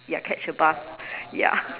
ya catch a bus ya